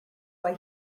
why